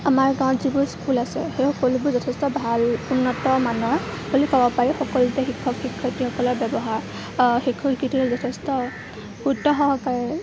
আমাৰ গাঁৱত যিবোৰ স্কুল আছে সেই সকলোবোৰ যথেষ্ট ভাল উন্নতমানৰ বুলি ক'ব পাৰি সকলোতে শিক্ষক শিক্ষয়িত্ৰীসকলৰ ব্যৱহাৰ শিক্ষক শিক্ষয়িত্ৰীসকলে যথেষ্ট গুৰুত্ব সহকাৰে